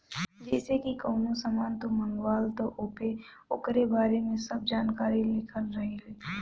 जइसे की कवनो सामान तू मंगवल त ओपे ओकरी बारे में सब जानकारी लिखल रहि